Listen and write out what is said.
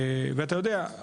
ואתה יודע,